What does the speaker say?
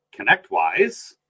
ConnectWise